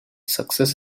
success